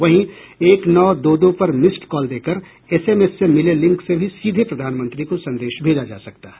वहीं एक नौ दो दो पर मिस्ड कॉल देकर एसएमएस से मिले लिंक से भी सीधे प्रधानमंत्री को संदेश भेजा जा सकता है